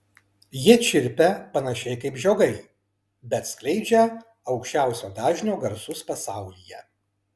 jie čirpia panašiai kaip žiogai bet skleidžia aukščiausio dažnio garsus pasaulyje